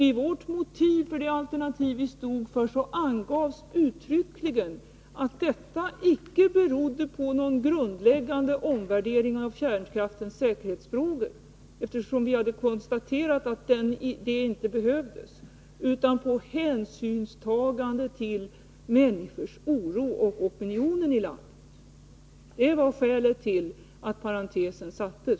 I motiven för vårt alternativ angavs uttryckligen att detta icke berodde på någon grundläggande omvärdering av kärnkraftens säkerhetsfrågor, eftersom vi hade konstaterat att det inte behövde göras någon omvärdering, utan på hänsynstagande till människors oro och opinionen i landet. Det var skälet till att parentesen sattes.